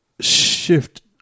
shift